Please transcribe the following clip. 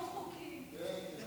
חוק ביטוח בריאות ממלכתי (תיקון מס' 67),